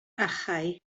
achau